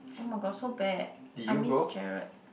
oh-my-god so bad I miss Gerald